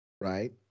Right